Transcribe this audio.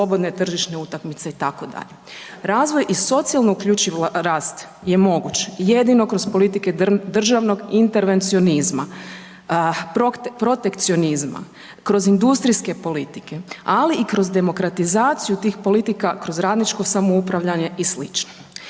slobodne tržišne utakmice itd. Razvoj i socijalno uključiv rast je moguć jedino kroz politike državnog intervencionizma, protekcionizma, kroz industrijske politike, ali i kroz demokratizaciju tih politika, kroz radničko samoupravljanje i